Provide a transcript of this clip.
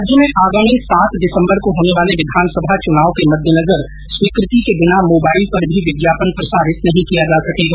राज्य में आगामी सात दिसम्बर को होने वाले विधानसभा चुनाव के मद्देनजर स्वीकृति के बिना मोबाइल पर भी विज्ञापन प्रसारित नहीं किया जा सकेगा